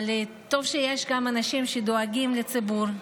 אבל טוב שיש גם אנשים שדואגים לציבור.